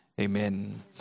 amen